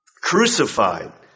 crucified